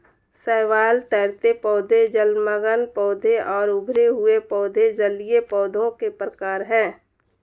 शैवाल, तैरते पौधे, जलमग्न पौधे और उभरे हुए पौधे जलीय पौधों के प्रकार है